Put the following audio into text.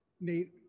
Nate